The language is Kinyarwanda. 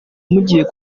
mugiye